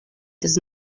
does